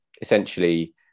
essentially